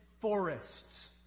forests